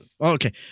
Okay